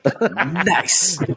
nice